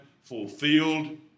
fulfilled